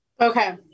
Okay